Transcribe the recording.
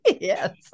Yes